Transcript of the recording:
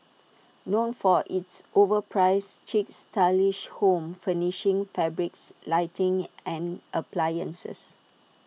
known for its overpriced chic stylish home furnishings fabrics lighting and appliances